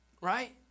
Right